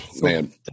Man